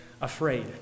afraid